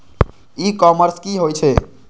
E commerce की होय छेय?